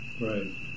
Right